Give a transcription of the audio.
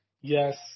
yes